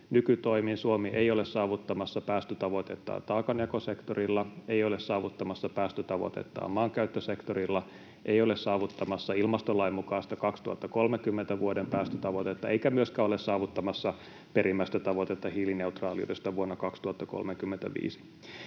nykytoimin Suomi ei ole saavuttamassa päästötavoitettaan taakanjakosektorilla, ei ole saavuttamassa päästötavoitettaan maankäyttösektorilla, ei ole saavuttamassa ilmastolain mukaista vuoden 2030 päästötavoitetta eikä myöskään ole saavuttamassa perimmäistä tavoitetta hiilineutraaliudesta vuonna 2035.